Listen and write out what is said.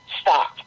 stop